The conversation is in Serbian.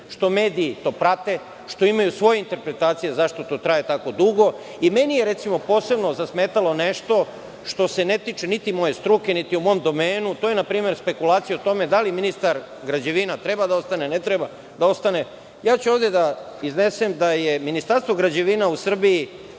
što mediji to prate, što imaju svoje interpretacije zašto to traje tako dugo. Meni je, recimo, posebno zasmetalo nešto što se ne tiče niti moje struke, niti je u mom domenu, to je npr. spekulacija o tome da li ministar građevina treba da ostane, ne treba da ostane? Ja ću ovde da iznesem da je Ministarstvo građevina u Srbiji